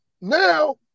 now